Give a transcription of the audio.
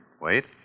Wait